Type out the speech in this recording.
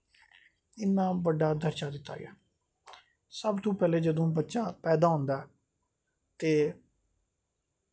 इन्ना बड्डा दर्जा दित्ता गेआ सब तो पैह्ले जदूं पैदा होंदा ऐ ते